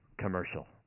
Commercial